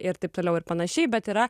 ir taip toliau ir panašiai bet yra